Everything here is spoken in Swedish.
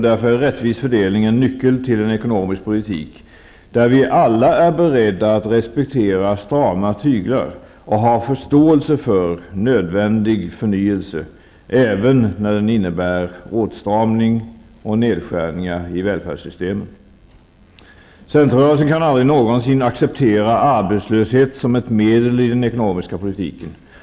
Därför är rättvis fördelning en nyckel till en ekonomisk politik, där vi alla är beredda att respektera strama tyglar och har förståelse för nödvändig förnyelse, även när den innebär åtstramning och nedskärning i välfärdssystemet. Centerrörelsen kan aldrig någonsin acceptera arbetslöshet som ett medel i den ekonomiska politiken.